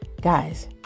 guys